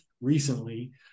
recently